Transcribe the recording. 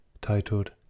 titled